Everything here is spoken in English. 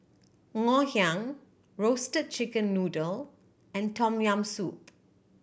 Ngoh Hiang Roasted Chicken Noodle and Tom Yam Soup